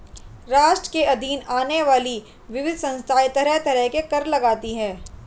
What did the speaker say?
राष्ट्र के अधीन आने वाली विविध संस्थाएँ तरह तरह के कर लगातीं हैं